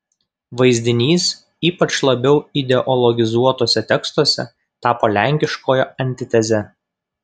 vaizdinys ypač labiau ideologizuotuose tekstuose tapo lenkiškojo antiteze